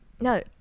No